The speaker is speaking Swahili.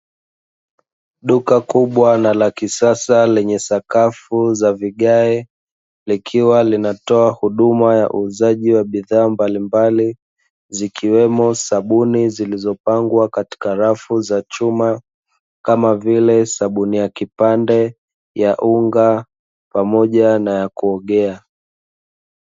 Duka kubwa na la kisasa lenye sakafu za vigae, likiwa linatoa huduma ya uuzaji wa bidhaa mbali mbali, zikiwemo sabuni zilizo pangwa katika rafu za chuma kama vile, sabuni ya kipande, ya unga pamoja na ya kuogea.